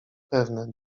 pewne